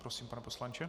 Prosím, pane poslanče.